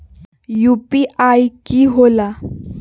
UPI कि होला?